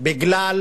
בגלל